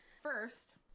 First